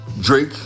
Drake